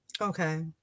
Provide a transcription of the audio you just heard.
Okay